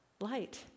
light